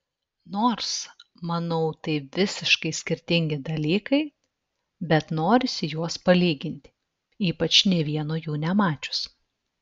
nors manau tai visiškai skirtingi dalykai bet norisi juos palyginti ypač nė vieno jų nemačius